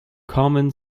common